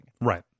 Right